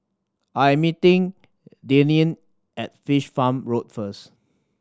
I am meeting Deneen at Fish Farm Road first